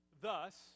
thus